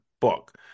book